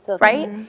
right